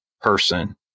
person